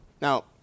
Now